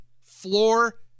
floor